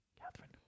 Catherine